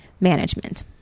management